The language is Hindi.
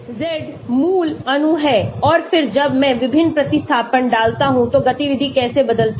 Zमूल अणु है और फिर जब मैं विभिन्न प्रतिस्थापन डालता हूं तो गतिविधि कैसे बदलती है